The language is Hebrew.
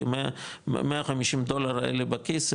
כי 150 דולר האלה בכיס,